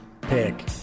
pick